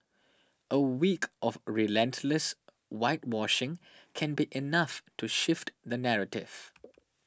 a week of relentless whitewashing can be enough to shift the narrative